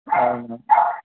అవునా